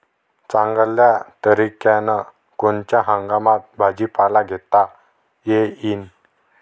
चांगल्या तरीक्यानं कोनच्या हंगामात भाजीपाला घेता येईन?